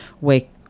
wake